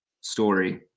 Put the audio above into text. story